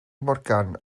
morgan